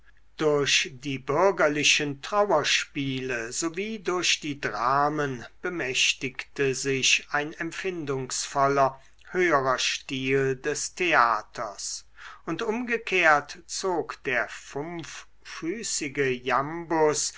durch die bürgerlichen trauerspiele sowie durch die dramen bemächtigte sich ein empfindungsvoller höherer stil des theaters und umgekehrt zog der funffüßige iambus